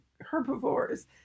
herbivores